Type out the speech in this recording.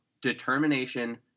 determination